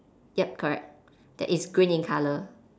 yup correct that is green in colour